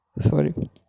sorry